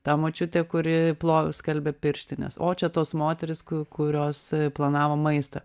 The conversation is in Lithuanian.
ta močiutė kuri plovė skalbė pirštines o čia tos moterys ku kurios planavo maistą